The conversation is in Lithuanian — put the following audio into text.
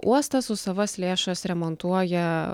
uostas už savas lėšas remontuoja